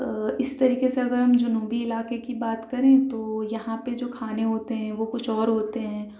اس طریقے سے اگر ہم جنوبی علاقے کی بات کریں تو یہاں پہ جو کھانے ہوتے ہیں وہ کچھ اور ہوتے ہیں